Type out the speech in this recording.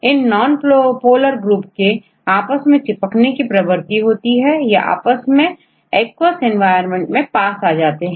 इन nonpolar group के आपस में चिपकने की प्रवृत्ति होती है यह आपस में जलीय वातावरण में पास आ जाते हैं